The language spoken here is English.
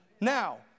Now